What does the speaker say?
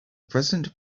present